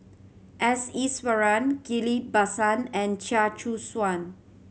S Iswaran Ghillie Basan and Chia Choo Suan